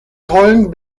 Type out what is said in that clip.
tollen